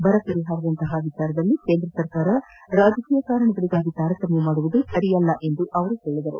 ಬರ ಪರಿಹಾರದಂತ ವಿಷಯದಲ್ಲೂ ಕೇಂದ್ರ ಸರ್ಕಾರ ರಾಜಕೀಯ ಕಾರಣಗಳಗಾಗಿ ತಾರತಮ್ಯ ಮಾಡುವುದು ಸರಿಯಲ್ಲ ಎಂದು ತಿಳಿಸಿದರು